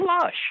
flush